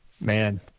man